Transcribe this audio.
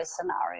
scenario